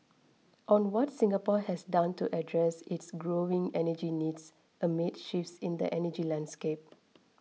on what Singapore has done to address its growing energy needs amid shifts in the energy landscape